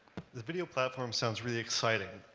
the video platform sounds really exciting,